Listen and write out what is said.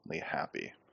happy